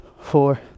four